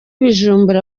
bujumbura